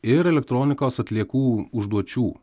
ir elektronikos atliekų užduočių